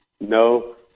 no